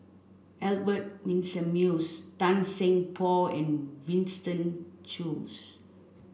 Albert Winsemius Tan Seng Poh and Winston Choos